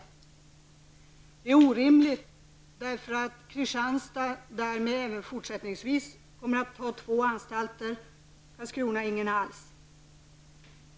Det är orimligt därför att Kristianstad även i fortsättningen kommer att ha två anstalter och Karlskrona ingen alls.